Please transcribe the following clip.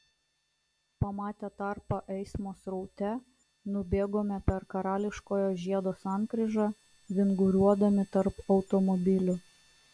pamatę tarpą eismo sraute nubėgome per karališkojo žiedo sankryžą vinguriuodami tarp automobilių